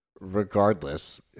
Regardless